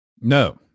no